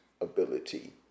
ability